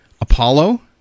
apollo